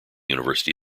university